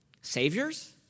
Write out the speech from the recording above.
Saviors